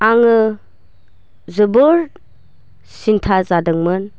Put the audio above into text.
आङो जोबोर सिन्था जादोंमोन